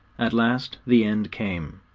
at last the end came.